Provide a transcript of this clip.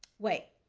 wait,